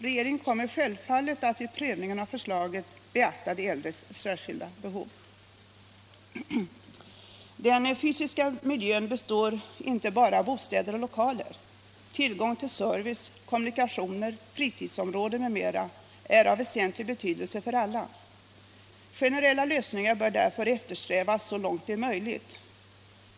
Regeringen kommer självfallet att vid prövningen av förslaget beakta de äldres särskilda behov. Den fysiska miljön består inte bara av bostäder och lokaler. Tillgång till service, kommunikationer, fritidsområden m.m. är av väsentlig betydelse för alla. Generella lösningar bör därför eftersträvas så långt det är möjligt.